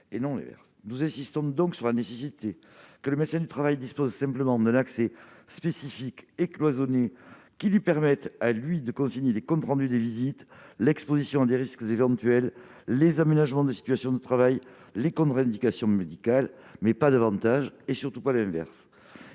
Nous insistons donc sur la nécessité que le médecin du travail dispose simplement d'un accès spécifique et cloisonné au DMP, lui permettant de consigner les comptes rendus de visite, l'exposition à d'éventuels risques, les aménagements des situations de travail et les contre-indications médicales, mais rien de plus et surtout sans